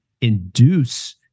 induce